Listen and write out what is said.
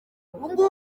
ubungubu